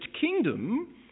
kingdom